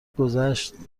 گذشت